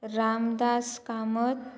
Ramdas Kamat